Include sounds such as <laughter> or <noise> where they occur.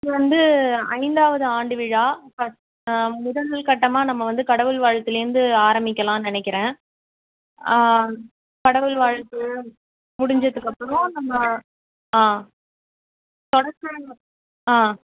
இது வந்து ஐந்தாவது ஆண்டு விழா பத் முதன்மை கட்டமாக நம்ம வந்து கடவுள் வாழ்த்துலேர்ந்து ஆரம்பிக்கலான்னு நினைக்கிறேன் கடவுள் வாழ்த்து முடிஞ்சததுக்கு அப்புறம் நம்ம ஆ <unintelligible> ஆ